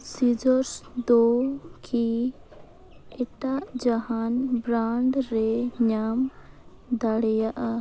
scissors ᱫᱚ ᱠᱤ ᱮᱴᱟᱜ ᱡᱟᱦᱟᱱ ᱵᱨᱟᱱᱰ ᱨᱮ ᱧᱟᱢ ᱫᱟᱲᱮᱭᱟᱜᱼᱟ